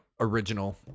original